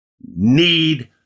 need